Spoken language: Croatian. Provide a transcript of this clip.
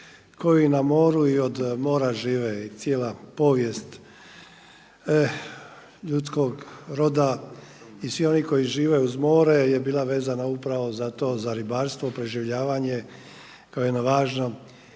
koji na moru i od mora žive i cijela povijest ljudskog roda i svi oni koji žive uz more je bila vezana upravo za to, za ribarstvo, preživljavanje kao jednom važnom